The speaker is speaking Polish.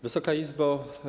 Wysoka Izbo!